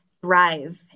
thrive